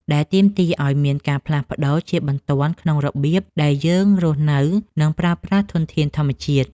ដែលទាមទារឱ្យមានការផ្លាស់ប្តូរជាបន្ទាន់ក្នុងរបៀបដែលយើងរស់នៅ និងប្រើប្រាស់ធានធានធម្មជាតិ។